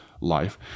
life